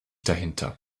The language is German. dahinter